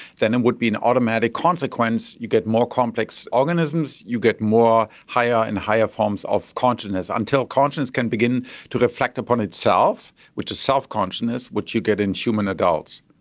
then it would be an automatic consequence that you get more complex organisms, you get more higher and higher forms of consciousness, until consciousness can begin to reflect upon itself, which is self-consciousness, which you get in human adults.